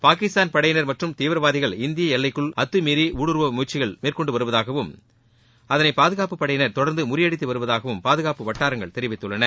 பாகிஸ்தான் படையினா் மற்றும் தீவிரவாதிகள் இந்திய எல்லைக்குள் அத்துமீறி ஊடுருவ முயற்சிகள் மேற்கொண்டு வருவதாகவும் அதனை பாதுகாப்பு படையினர் தொடர்ந்து முறியடித்து வருவதாகவும் பாதுகாப்பு வட்டாரங்கள் தெரிவித்துள்ளன